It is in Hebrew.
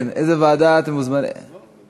כן, איזו ועדה, המציעים?